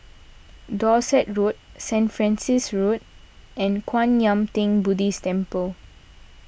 Dorset Road Saint Francis Road and Kwan Yam theng Buddhist Temple